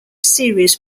serious